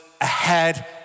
ahead